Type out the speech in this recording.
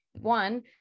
one